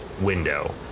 window